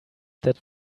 that